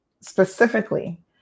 specifically